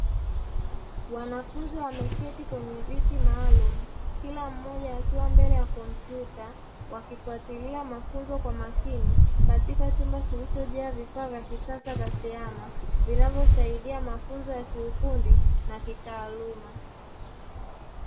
Wanafunzi wameketi kwenye viti maalumu kila mmoja akiwa ameketi katika vyumba vinavyosaidia ufundi na kitaaluma